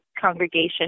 congregation